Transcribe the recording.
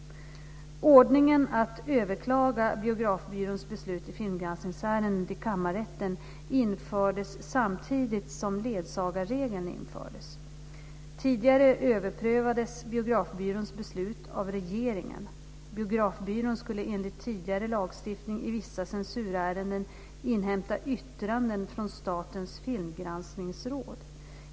Ordningen att överklaga Biografbyråns beslut i filmgranskningsärenden till kammarrätten infördes samtidigt som ledsagarregeln infördes. Tidigare överprövades Biografbyråns beslut av regeringen. Biografbyrån skulle enligt tidigare lagstiftning i vissa censurärenden inhämta yttranden från statens filmgranskningsråd.